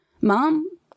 Mom